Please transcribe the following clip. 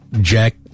jack